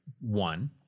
one